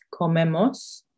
comemos